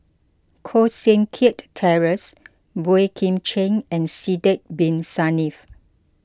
Koh Seng Kiat Terence Boey Kim Cheng and Sidek Bin Saniff